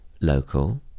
local